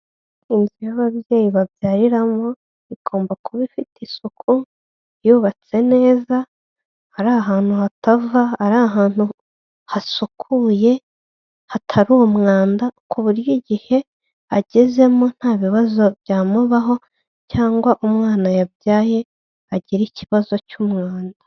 Inzu y'ababyeyi babyariramo, igomba kuba ifite isuku, yubatse neza ari ahantu hatava, ari ahantu hasukuye hatari umwanda, ku buryo igihe agezemo nta bibazo byamubaho cyangwa umwana yabyaye agire ikibazo cy'umwanda.